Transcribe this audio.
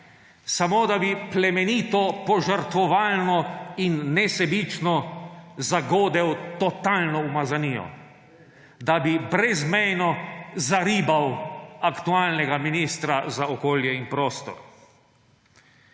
samo da bi plemenito, požrtvovalno in nesebično zagodel totalno umazanijo, da bi brezmejno zaribal aktualnega ministra za okolje in prostor.